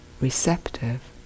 receptive